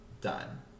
done